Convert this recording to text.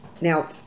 now